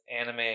anime